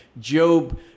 Job